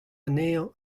anezhañ